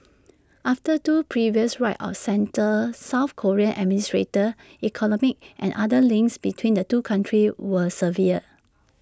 after two previous right of centre south Korean administrated economic and other links between the two countries were severed